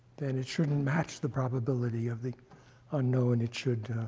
then it shouldn't match the probability of the unknown. it should